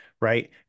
right